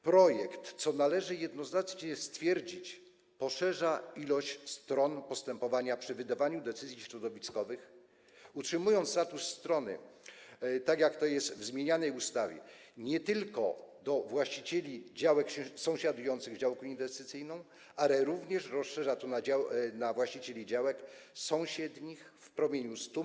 Projekt, co należy jednoznacznie stwierdzić, poszerza ilość stron postępowania przy wydawaniu decyzji środowiskowych, utrzymując status strony, tak jak to jest zapisane w zmienianej ustawie, nie tylko właścicieli działek sąsiadujących z działką inwestycyjną, ale również rozszerza to na właścicieli działek sąsiednich w promieniu 100 m.